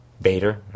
Bader